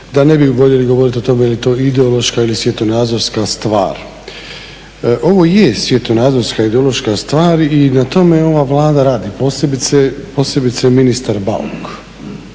da ne bi voljeli govoriti o tome je li to ideološka ili svjetonazorska stvar. Ovo je svjetonazorska i ideološka stvar i na tome ova Vlada radi, posebice ministar Bauk.